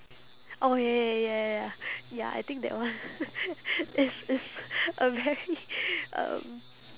oh ya ya ya ya ya ya ya I think that one is is a very um